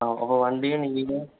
நான் அப்போது வண்டியும் நீங்களே